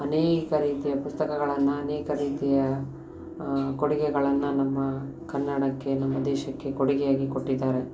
ಅನೇಕ ರೀತಿಯ ಪುಸ್ತಕಗಳನ್ನು ಅನೇಕ ರೀತಿಯ ಕೊಡುಗೆಗಳನ್ನು ನಮ್ಮ ಕನ್ನಡಕ್ಕೆ ನಮ್ಮ ದೇಶಕ್ಕೆ ಕೊಡುಗೆಯಾಗಿ ಕೊಟ್ಟಿದ್ದಾರೆ